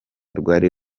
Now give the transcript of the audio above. rwari